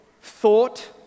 thought